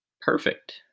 perfect